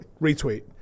Retweet